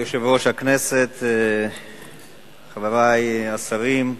כבוד היושב-ראש, חברי השרים,